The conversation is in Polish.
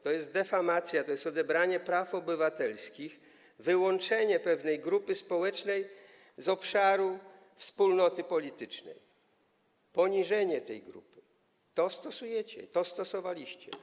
To jest dyfamacja, to jest odebranie praw obywatelskich, wyłączenie pewnej grupy społecznej z obszaru wspólnoty politycznej, poniżenie tej grupy - to stosujecie i to stosowaliście.